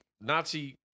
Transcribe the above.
Nazi